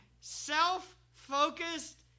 self-focused